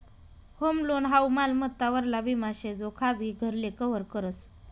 home loan हाऊ मालमत्ता वरला विमा शे जो खाजगी घरले कव्हर करस